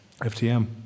FTM